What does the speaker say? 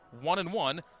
one-and-one